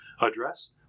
address